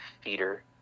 Feeder